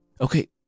Okay